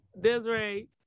Desiree